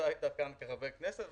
אתה היית כאן כחבר כנסת,